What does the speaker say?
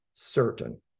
certain